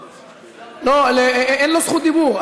לא, אין לו זכות דיבור.